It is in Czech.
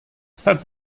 snad